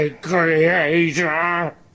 creator